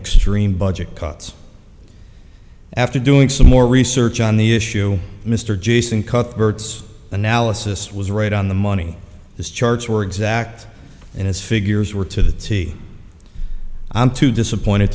extreme budget cuts after doing some more research on the issue mr jason caught bert's analysis was right on the money the charts were exact and his figures were to see i'm too disappoint